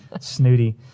snooty